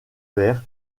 vert